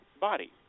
body